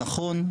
נכון,